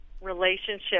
relationship